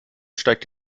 steigt